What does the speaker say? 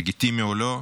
לגיטימי או לא,